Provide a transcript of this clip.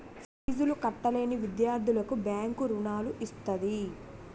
ఫీజులు కట్టలేని విద్యార్థులకు బ్యాంకు రుణాలు ఇస్తది